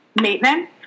maintenance